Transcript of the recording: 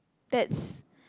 that's